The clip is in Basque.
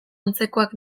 antzekoak